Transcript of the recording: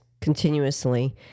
continuously